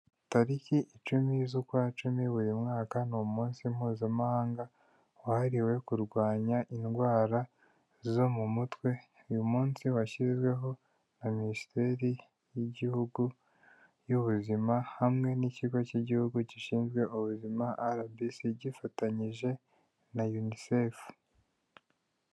Tariki icumi z'ukwa cumi buri mwaka, ni umunsi mpuzamahanga wahariwe kurwanya indwara zo mu mutwe, uyu munsi washyizweho na minisiteri y'igihugu y'ubuzima, hamwe n'ikigo cy'igihugu gishinzwe ubuzima RBC gifatanyije na UNICEF.